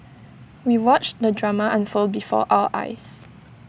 we watched the drama unfold before our eyes